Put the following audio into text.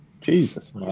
jesus